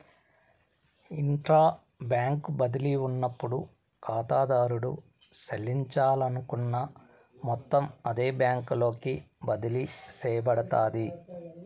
intra bank బదిలీ ఉన్నప్పుడు కాతాదారుడు సెల్లించాలనుకున్న మొత్తం అదే బ్యాంకులోకి బదిలీ సేయబడతాది